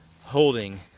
holding